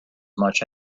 much